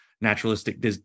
naturalistic